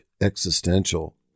existential